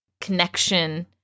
connection